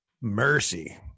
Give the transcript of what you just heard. mercy